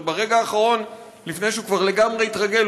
אבל ברגע האחרון לפני שהוא כבר לגמרי התרגל,